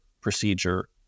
procedure